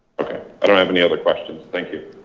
okay, i don't have any other questions. thank you.